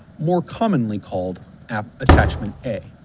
more commonly called attachment a.